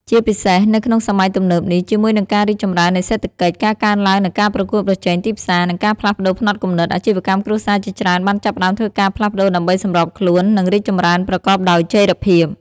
ជាពិសេស នៅក្នុងសម័យទំនើបនេះ ជាមួយនឹងការរីកចម្រើននៃសេដ្ឋកិច្ច ការកើនឡើងនូវការប្រកួតប្រជែងទីផ្សារ និងការផ្លាស់ប្តូរផ្នត់គំនិត អាជីវកម្មគ្រួសារជាច្រើនបានចាប់ផ្តើមធ្វើការផ្លាស់ប្តូរដើម្បីសម្របខ្លួន និងរីកចម្រើនប្រកបដោយចីរភាព។